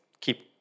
keep